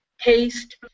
taste